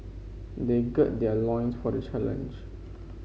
they gird their loins for the challenge